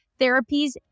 therapies